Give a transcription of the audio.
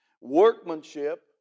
Workmanship